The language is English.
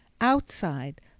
Outside